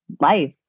life